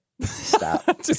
stop